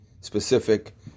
specific